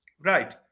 right